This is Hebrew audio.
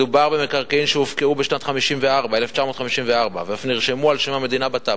מדובר במקרקעין שהופקעו בשנת 1954 ואף נרשמו על-שם המדינה בטאבו.